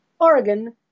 oregon